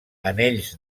anells